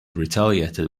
retaliated